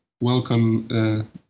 welcome